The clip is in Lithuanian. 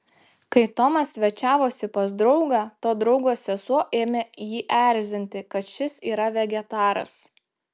kai tomas svečiavosi pas draugą to draugo sesuo ėmė jį erzinti kad šis yra vegetaras